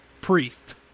Priest